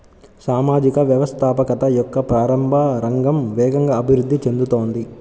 సామాజిక వ్యవస్థాపకత యొక్క ప్రారంభ రంగం వేగంగా అభివృద్ధి చెందుతోంది